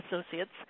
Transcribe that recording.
associates